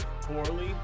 poorly